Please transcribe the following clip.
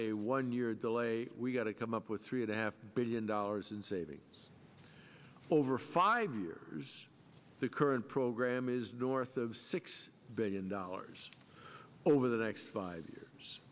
a one year delay we got to come up with three and a half billion dollars in savings over five years the current program is north of six billion dollars over the next five years